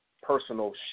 personal